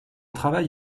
travail